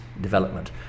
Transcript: development